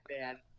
man